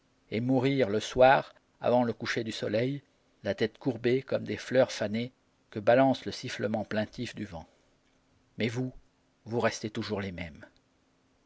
et mourir le soir avant le coucher du soleil la tête courbée comme des fleurs fanées que balance le sifflement plaintif du vent mais vous vous restez toujours les mêmes